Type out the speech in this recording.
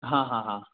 हाँ हाँ हाँ